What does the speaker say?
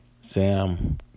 Sam